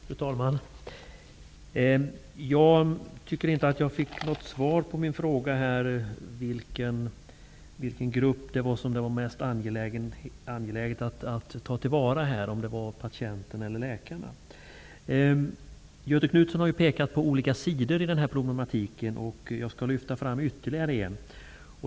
Fru talman! Jag tycker inte att jag fick något svar på min fråga om vilken grupps intressen som var mest angelägna att ta till vara, om det var patienternas eller läkarnas intressen. Göthe Knutson har pekat på olika sidor i denna problematik. Jag skall lyfta fram ytterligare en.